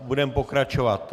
Budeme pokračovat.